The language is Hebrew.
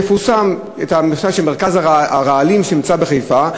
יפורסם מרכז הרעלים שנמצא בחיפה,